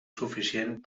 suficient